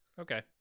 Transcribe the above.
Okay